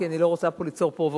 כי אני לא רוצה פה ליצור פרובוקציות,